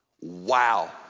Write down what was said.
Wow